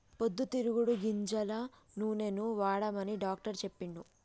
పొద్దు తిరుగుడు గింజల నూనెనే వాడమని డాక్టర్ చెప్పిండు